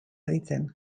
aditzen